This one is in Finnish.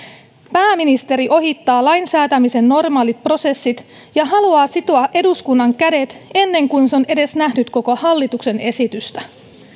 pääministeri ohittaa lainsäätämisen normaalit prosessit ja haluaa sitoa eduskunnan kädet ennen kuin se on edes nähnyt koko hallituksen esitystä